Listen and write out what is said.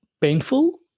Painful